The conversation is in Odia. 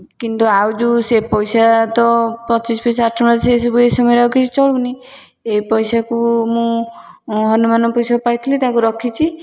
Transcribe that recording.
କିନ୍ତୁ ଆଉ ଯେଉଁ ସେ ପଇସା ତ ପଚିଶ ପଇସା ଆଠଣି ସେସବୁ ଏ ସମୟରେ ଆଉ କିଛି ଚଳୁନି ଏ ପଇସାକୁ ମୁଁ ହନୁମାନଙ୍କ ପଇସା ପାଇଥିଲି ତାକୁ ରଖିଛି